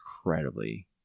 incredibly